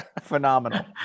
phenomenal